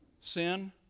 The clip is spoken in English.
sin